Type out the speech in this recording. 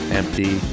empty